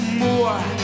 more